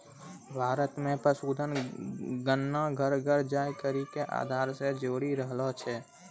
भारत मे पशुधन गणना घर घर जाय करि के आधार से जोरी रहलो छै